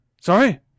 Sorry